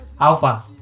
alpha